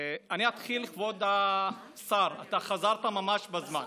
כבוד השר, חזרת ממש בזמן.